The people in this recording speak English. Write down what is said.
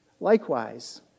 Likewise